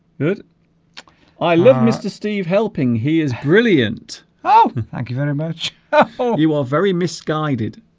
good i love mr. steve helping he is brilliant oh thank you very much oh you are very misguided